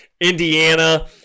Indiana